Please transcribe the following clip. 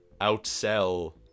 outsell